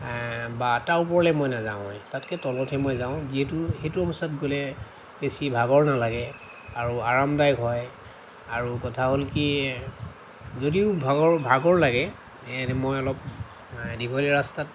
বা তাৰ ওপৰলৈ মই নাযাওঁয়ে তাতকৈ তলতহে মই যাওঁ যিহেতু সেইটো অৱস্থাত গ'লে বেছি ভাগৰ নালাগে আৰু আৰামদায়ক হয় আৰু কথা হ'ল কি যদিও ভাগৰ ভাগৰ লাগে হেৰি মই অলপ দীঘলীয়া ৰাস্তাত